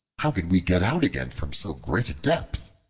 how can we get out again from so great a depth?